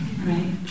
right